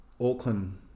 Auckland